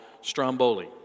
stromboli